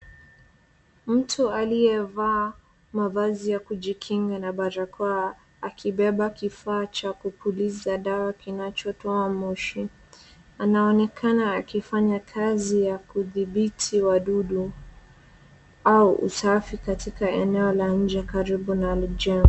Mtu aliyevaa mavazi ya kujikinga na barakoa akibeba kifaa cha kupuliza dawa kinachotoa moshi anaonekana akifanya kazi ya kudhibiti wadudu au usafi katika eneo la nje karibu na mjengo.